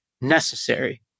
necessary